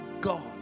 God